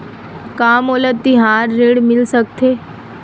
का मोला तिहार ऋण मिल सकथे?